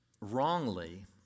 wrongly